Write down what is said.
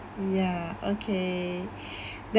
ya okay